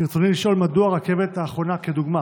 רצוני לשאול: 1. מדוע הרכבת האחרונה, לדוגמה